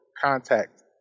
contact